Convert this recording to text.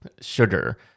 sugar